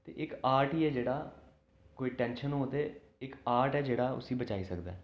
ते इक आर्ट ई ऐ जेह्ड़ा कोई टैंशन हो ते इक आर्ट ऐ जेह्ड़ा उसी बचाई सकदा ऐ